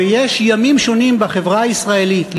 ויש ימים שונים בחברה הישראלית,